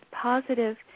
positive